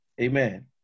Amen